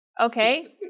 Okay